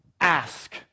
ask